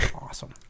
Awesome